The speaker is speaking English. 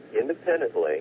independently